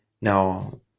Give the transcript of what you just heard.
Now